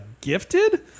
gifted